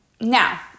Now